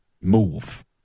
move